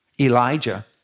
Elijah